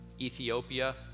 Ethiopia